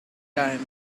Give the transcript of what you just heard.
time